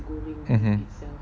mmhmm